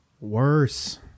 Worse